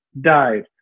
died